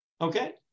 Okay